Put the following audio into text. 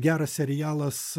geras serialas